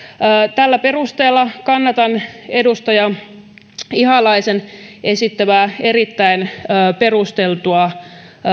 tällä perusteella kannatan edustaja ihalaisen esittämää erittäin perusteltua